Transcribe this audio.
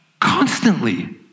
constantly